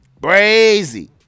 Brazy